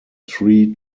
tree